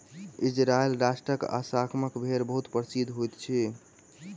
Israel राष्ट्रक अस्साफ़ भेड़ बहुत प्रसिद्ध होइत अछि